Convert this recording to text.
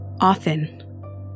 Often